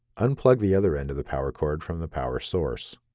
unplug the other end of the power cord from the power source.